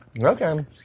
Okay